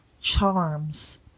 charms